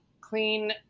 clean